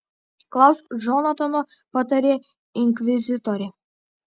klausk džonatano patarė inkvizitorė